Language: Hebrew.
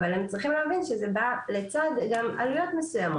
אבל הן צריכות להבין שזה בא גם לצד עלויות מסוימות.